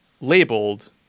labeled